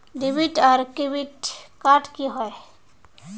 Debit आर credit card की होय?